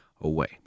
away